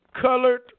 Colored